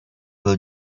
will